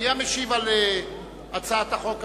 מי משיב על הצעת החוק הזאת?